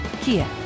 Kia